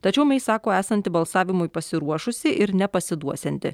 tačiau mei sako esanti balsavimui pasiruošusi ir nepasiduosianti